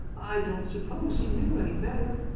i don't suppose he knew any better.